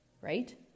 right